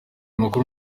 makuru